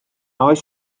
oes